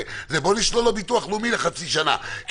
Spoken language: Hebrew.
בואו נשלול לו ביטוח לאומי לחצי שנה כי